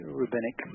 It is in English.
rabbinic